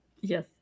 Yes